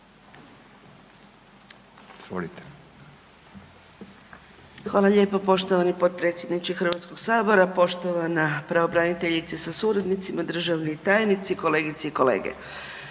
Hvala lijepo poštovani potpredsjedniče Hrvatskog sabora, poštovana pravobraniteljice sa suradnicima, državni tajnici, kolegice i kolege.